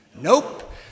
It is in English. nope